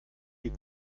die